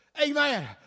Amen